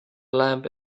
lamp